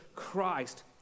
Christ